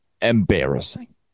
Embarrassing